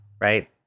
right